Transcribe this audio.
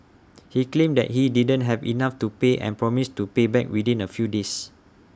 he claimed that he didn't have enough to pay and promised to pay back within A few days